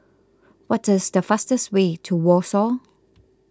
what is the fastest way to Warsaw